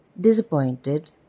Disappointed